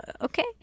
okay